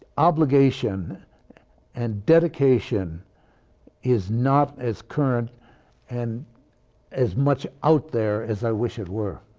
obligation and dedication is not as current and as much out there as i wish it were.